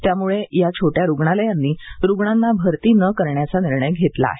त्यामुळे या छोट्या रुग्णालयांनी रुग्णांना भरती न करण्याचा निर्णय घेतला आहे